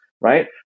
right